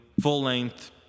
full-length